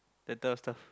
that type of stuff